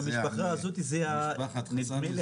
מהמשפחה הזאת זה נדמה לי